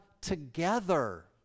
together